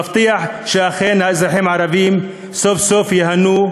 מבטיח שאכן האזרחים הערבים סוף-סוף ייהנו,